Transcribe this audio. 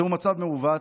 זהו מצב מעוות.